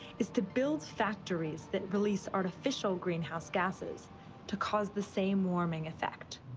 is to build factories that release artificial greenhouse gases to cause the same warming effect.